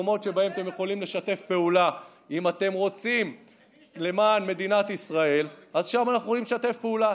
וקובעים לכם איך היהדות של מדינת ישראל תיראה.